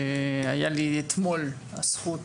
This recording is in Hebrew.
היה לי אתמול הזכות